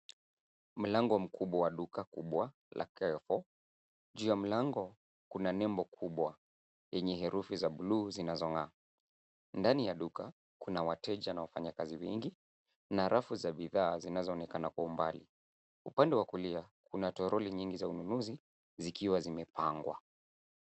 Mlango mkubwa wa duka kubwa la Carrefour. Juu ya mlango kuna nembo kubwa yenye herufi za bluu zinazong'aa. Ndani ya duka kuna wateja na wafanyakazi wengi, na rafu za bidhaa zinazoonekana kwa umbali. Upande wa kulia kuna toroli nyingi za ununuzi zikiwa zimepangwa.